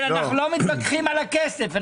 אנחנו לא מתווכחים על הכסף.